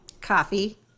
Coffee